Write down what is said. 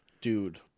Dude